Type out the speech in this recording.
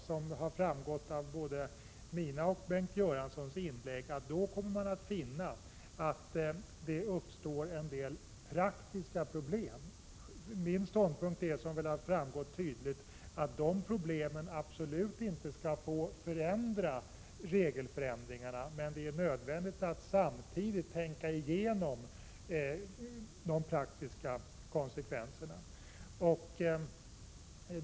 Som framgått av både mina och Bengt Göranssons inlägg kommer man att finna att det uppstår en del praktiska problem. Min ståndpunkt, som framgått tydligt, är att dessa problem absolut inte skall få påverka regelförändringarna, men det är nödvändigt att samtidigt tänka igenom de praktiska konsekvenserna.